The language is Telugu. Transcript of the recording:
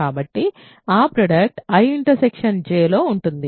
కాబట్టి ఆ ప్రోడక్ట్ I J లో ఉంటుంది